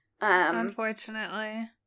Unfortunately